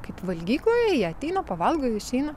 kaip valgykloje jie ateina pavalgo išeina